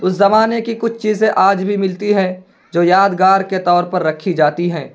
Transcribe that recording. اس زمانے کی کچھ چیزیں آج بھی ملتی ہیں جو یادگار کے طور پر رکھی جاتی ہیں